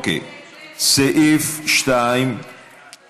של חברי הכנסת דב חנין,